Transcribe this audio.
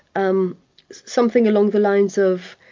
um something along the lines of,